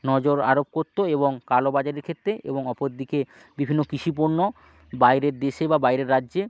নজর আরোপ করত এবং কালোবাজারির ক্ষেত্রে এবং অপর দিকে বিভিন্ন কৃষি পণ্য বাইরের দেশে বা বাইরের রাজ্যে